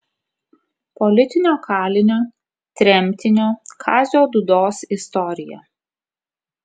politinio kalinio tremtinio kazio dūdos istorija